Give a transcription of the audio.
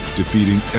defeating